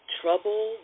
trouble